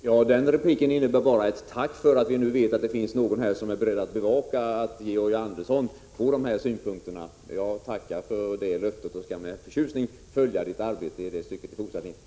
Herr talman! Jag vill i denna replik bara uttala ett tack för att vi nu vet att någon är beredd att bevaka att Georg Andersson får dessa synpunkter framförda. Jag tackar för det löftet och skall med förtjusning följa arbetet i fortsättningen.